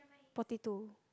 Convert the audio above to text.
potato